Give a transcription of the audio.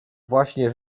właśnie